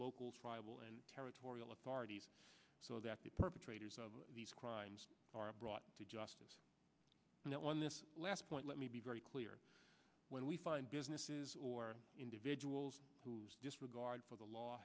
local tribal and territorial authorities so that the perpetrators of these crimes are brought to justice and on this last point let me be very clear when we find businesses or individuals whose disregard for the law